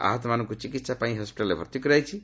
ଆହତମାନଙ୍କୁ ଚିକିହାପାଇଁ ହସିଟାଲ୍ରେ ଭର୍ତ୍ତି କରାଯାଇଛି